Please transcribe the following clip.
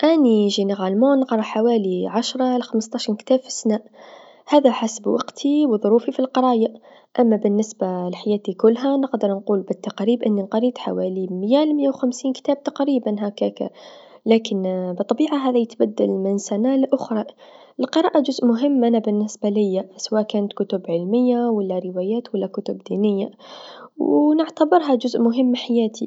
أني عموما نقرا حوالي عشرا لخمستاش كتاب في السنه، هذا حسب وقتي و ظروفي في القرايا، أنا بالنسبه لحياتي كلها نقدر نقول بالتقريب أني قريت حوالي ميا، ميا و خمسين كتاب تقريبا هكاكا، لكن بالطبيعه هذا يتبدل من سنه لأخرى، القراءة جزء مهم أنا بالنسبه ليا سوا كانت كتب علميه و لا روايات و لا كتب دينيه و نعتبرها جزء مهم من حياتي.